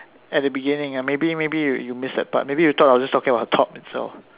at the beginning uh maybe maybe you missed that part maybe you thought I was just talking about the top itself